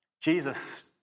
Jesus